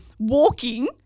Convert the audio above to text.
Walking